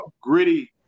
gritty